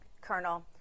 Colonel